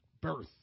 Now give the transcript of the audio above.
birth